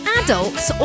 adults